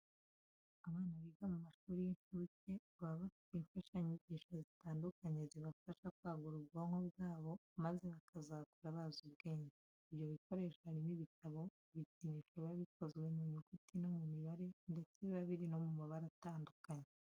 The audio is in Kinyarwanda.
Abana biga mu mashuri y'inshuke baba bafite imfashanyigisho zitandukanye zibafasha kwagura ubwonko bwabo maze bakazakura bazi ubwenge. Ibyo bikoresho harimo ibitabo, ibikinisho biba bikozwe mu nyuguti no mu mibare ndetse biba biri no mu mabara atandukanye.